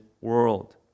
world